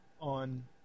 on